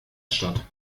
statt